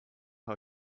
how